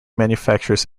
manufacturers